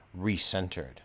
recentered